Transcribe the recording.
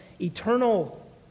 eternal